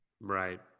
right